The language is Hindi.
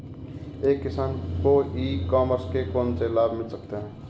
एक किसान को ई कॉमर्स के कौनसे लाभ मिल सकते हैं?